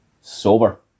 sober